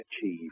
achieve